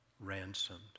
ransomed